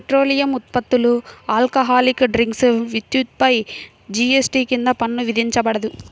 petroleum ఉత్పత్తులు, alcoholic drinks, విద్యుత్పై GST కింద పన్ను విధించబడదు